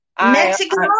Mexico